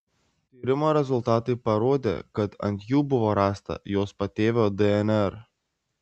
tyrimo rezultatai parodė kad ant jų buvo rasta jos patėvio dnr